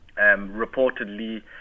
reportedly